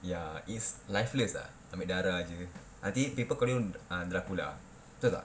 ya is lifeless ah ambil darah jer nanti people call you uh dracula betul tak